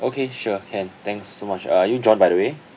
okay sure can thanks so much uh are you john by the way